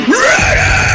ready